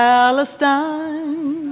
Palestine